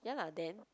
ya lah then